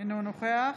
אינו נוכח